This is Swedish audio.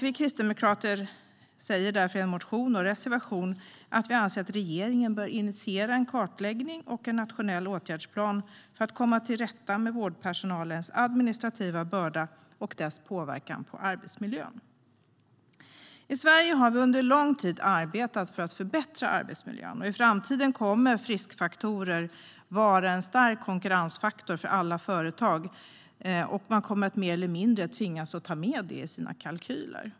Vi kristdemokrater säger därför i en motion och i en reservation att regeringen bör initiera en kartläggning och en nationell åtgärdsplan för att komma till rätta med vårdpersonalens administrativa börda och dess påverkan på arbetsmiljön. I Sverige har vi under lång tid arbetat för att förbättra arbetsmiljön. I framtiden kommer friskfaktorer att vara en stark konkurrensfaktor för alla företag, och man kommer mer eller mindre att tvingas ta med det i sina kalkyler.